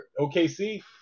OKC